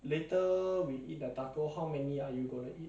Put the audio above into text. eat some carbohydrate because it's very important to you